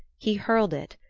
he hurled it,